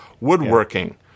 woodworking